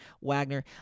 Wagner